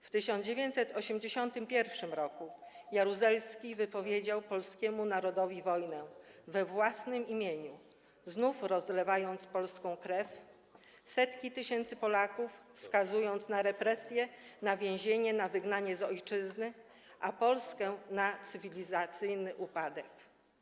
W 1981 r. Jaruzelski wypowiedział polskiemu narodowi wojnę we własnym imieniu, znów rozlewając polską krew, skazując setki tysięcy Polaków na represje, na więzienie, na wygnanie z ojczyzny, a Polskę na cywilizacyjny upadek.